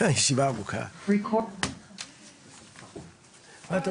הישיבה ננעלה בשעה 14:20.